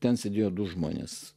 ten sėdėjo du žmonės